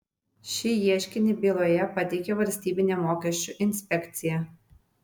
šį ieškinį byloje pateikė valstybinė mokesčių inspekcija